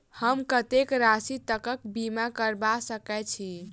हम कत्तेक राशि तकक बीमा करबा सकै छी?